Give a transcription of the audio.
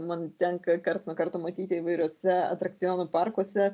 man tenka karts nuo karto matyti įvairiose atrakcionų parkuose